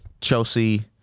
Chelsea